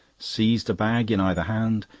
seized a bag in either hand,